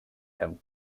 him